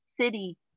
city